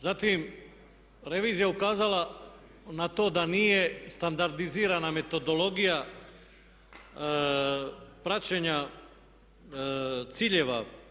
Zatim revizija je ukazala na to da nije standardizirana metodologija praćenja ciljeva.